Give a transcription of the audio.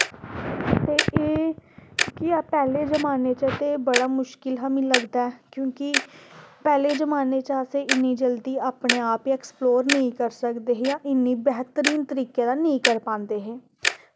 ते एह् की पैह्ले जमानै च ते बड़ा मुशकल हा मिगी लगदा क्योंकि पैह्ले जमानै च अस इन्नी जल्दी अपने आप गी एक्सप्लोर नेईं करदे हे ते हून बेहरीन तरीके दा नेईं करी पांदे हे